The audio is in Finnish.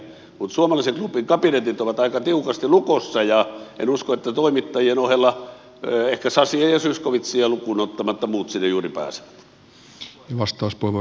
mutta suomalaisen klubin kabinetit ovat aika tiukasti lukossa ja en usko että toimittajien ohella ehkä sasia ja zyskowiczia lukuun ottamatta muut sinne juuri pääsevät